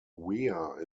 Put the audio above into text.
weir